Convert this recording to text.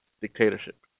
dictatorship